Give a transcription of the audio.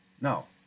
No